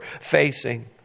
facing